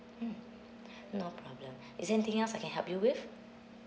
mm no problem is there anything else I can help you with